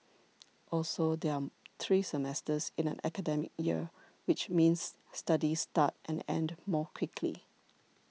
also there are three semesters in an academic year which means studies start and end more quickly